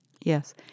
Yes